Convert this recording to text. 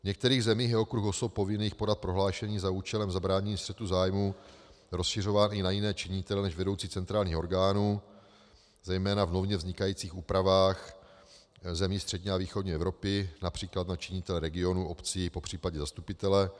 V některých zemích je okruh osob povinných podat prohlášení za účelem zabránění střetu zájmů rozšiřován i na jiné činitele než vedoucí centrálních orgánů, zejména v nově vznikajících úpravách zemí střední a východní Evropy, například na činitele regionů, obcí, popřípadě zastupitele.